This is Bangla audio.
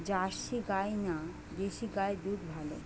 জার্সি গাই না দেশী গাইয়ের দুধ ভালো?